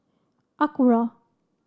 Acura